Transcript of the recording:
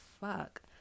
fuck